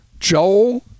Joel